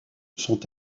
sont